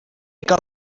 cal